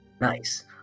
nice